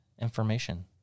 information